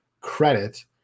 credit